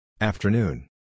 Afternoon